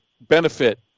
benefit